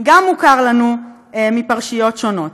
גם מוכר לנו מפרשיות שונות.